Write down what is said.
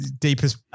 deepest